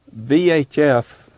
VHF